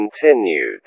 continued